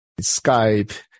Skype